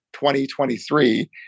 2023